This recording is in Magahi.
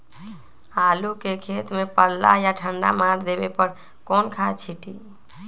आलू के खेत में पल्ला या ठंडा मार देवे पर कौन खाद छींटी?